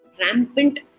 rampant